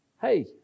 hey